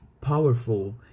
powerful